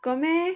got meh